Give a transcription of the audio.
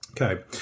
Okay